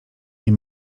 nie